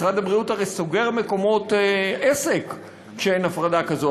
הרי משרד הבריאות סוגר מקומות עסק כשאין הפרדה כזאת.